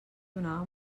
donava